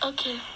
Okay